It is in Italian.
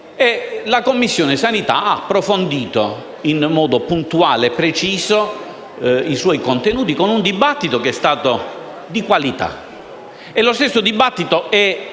la Commissione sanità ha approfondito in modo puntuale e preciso i suoi contenuti con un dibattito che è stato di qualità. Lo stesso dibattito è